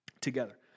together